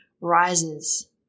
rises